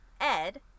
Ed